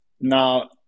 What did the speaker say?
now